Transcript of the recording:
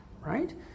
right